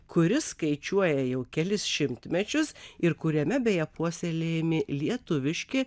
kuris skaičiuoja jau kelis šimtmečius ir kuriame beje puoselėjami lietuviški